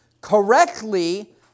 correctly